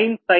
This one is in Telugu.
ik